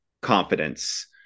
confidence